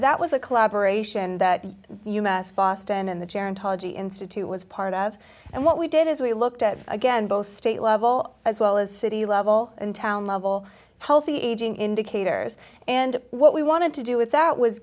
that was a collaboration that us boston and the gerontology institute was part of and what we did is we looked at again both state level as well as city level and town level healthy aging indicators and what we wanted to do with